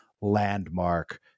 landmark